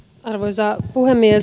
arvoisa puhemies